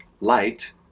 light